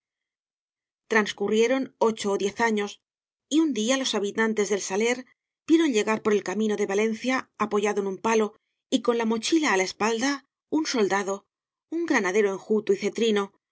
transcurrieron ocho ó diez años y un día los habitantes del saler vieron llegar por el camino de valencia apoyado en un palo y con la mochila á la espalda un soldado un granadero enjuto y cetrino